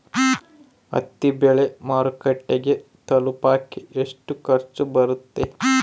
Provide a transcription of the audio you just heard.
ಹತ್ತಿ ಬೆಳೆ ಮಾರುಕಟ್ಟೆಗೆ ತಲುಪಕೆ ಎಷ್ಟು ಖರ್ಚು ಬರುತ್ತೆ?